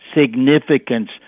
significance